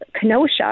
Kenosha